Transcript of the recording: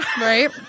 right